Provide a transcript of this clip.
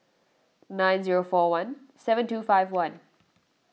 nine zero four one seven two five one